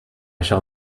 shall